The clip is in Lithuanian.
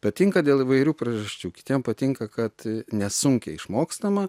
patinka dėl įvairių priežasčių kitiem patinka kad nesunkiai išmokstama